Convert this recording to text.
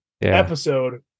episode